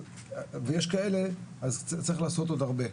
ויש כאלה, אז צריך לעשות עוד הרבה.